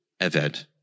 Eved